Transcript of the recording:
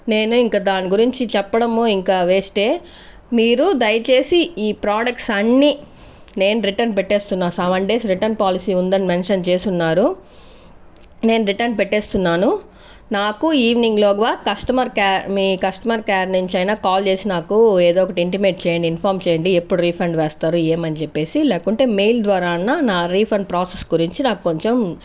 నేను ఇంకా దాని గురించి చెప్పడమో ఇంకా వేస్ట్ ఏ మీరు దయచేసి ఈ ప్రోడక్ట్స్ అన్ని నేను రిటర్న్ పెట్టేస్తున్నా సెవెన్ డేస్ రిటర్న్ పాలసీ ఉందని మెన్షన్ చేసి ఉన్నారు నేను రిటర్న్ పెట్టేస్తున్నాను నాకు ఈవినింగ్ లోగా కస్టమర్ కేర్ మీ కస్టమర్ కేర్ నుంచి అయినా కాల్ చేసి నాకు ఏదో ఒకటి ఇంటిమేట్ చేయండి ఇన్ఫార్మ్ చేయండి ఎప్పుడు రిఫండ్ వేస్తారు ఏమని చెప్పేసి లేకుంటే మెయిల్ ద్వారా అన్న నా రిఫండ్ ప్రాసెస్ గురించి నాకు కొంచెం